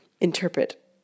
interpret